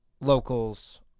locals